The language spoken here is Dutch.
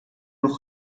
nog